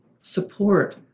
support